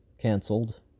cancelled